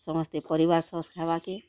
ସମସ୍ତେ ପରିବାର ସହ ଖାଇବାକେ